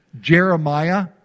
Jeremiah